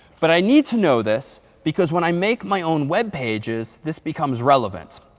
but i need to know this because when i make my own web pages, this becomes relevant.